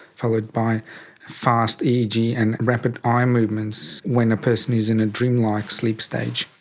followed by fast eeg and rapid eye movements when a person is in a dreamlike sleep stage.